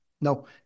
No